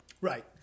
Right